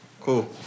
Cool